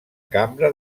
cambra